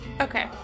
Okay